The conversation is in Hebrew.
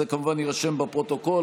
זה כמובן יירשם בפרוטוקול,